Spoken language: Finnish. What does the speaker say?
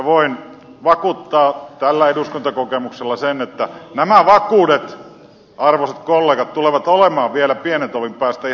voin vakuuttaa tällä eduskuntakokemuksella sen että nämä vakuudet arvoisat kollegat tulevat olemaan vielä pienen tovin päästä ihan kullan arvoisia